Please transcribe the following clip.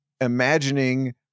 imagining